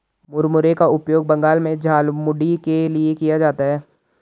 मुरमुरे का उपयोग बंगाल में झालमुड़ी के लिए किया जाता है